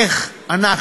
איך אנחנו,